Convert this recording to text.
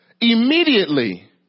immediately